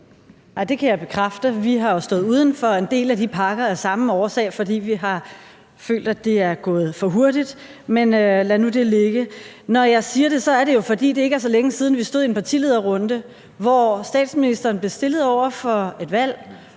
Det kan jeg bekræfte. Vi har jo stået uden for en del af de pakker af samme årsag, hvor vi har følt, at det er gået for hurtigt, men lad nu det ligge. Når jeg siger det, er det jo, fordi det ikke er så længe siden, vi stod i en partilederrunde, hvor statsministeren blev stillet over for valget